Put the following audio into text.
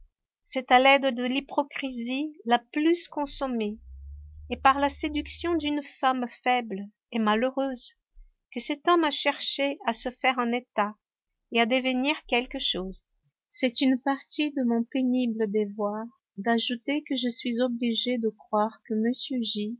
c'est à l'aide de l'hypocrisie la plus consommée et par la séduction d'une femme faible et malheureuse que cet homme a cherché à se faire un état et à devenir quelque chose c'est une partie de mon pénible devoir d'ajouter que je suis obligée de croire que